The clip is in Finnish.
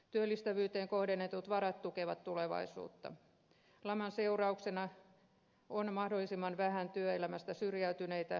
työllistävyyteen kohdennetut varat tukevat tulevaisuutta ja laman seurauksena on mahdollisimman vähän työelämästä syrjäytyneitä